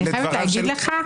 אני חייבת להגיד לך,